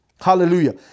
Hallelujah